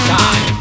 time